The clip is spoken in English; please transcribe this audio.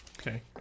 Okay